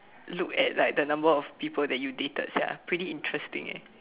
look at like the number of people you dated sia pretty interesting eh